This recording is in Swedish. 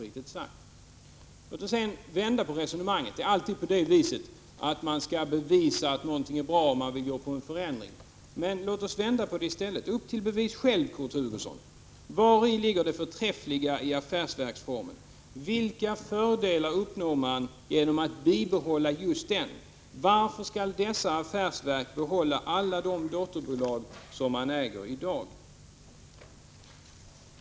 Man skall alltid bevisa att det man föreslår är bra, om man vill ha en förändring. Men låt oss vända på resonemanget: Upp till bevis själv, Kurt Hugosson! Vari ligger det förträffliga i affärsverksformen? Vilka fördelar uppnår man genom att bibehålla just den? Varför skall affärsverken behålla alla de dotterbolag som de äger i dag?